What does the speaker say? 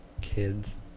kids